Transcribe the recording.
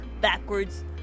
backwards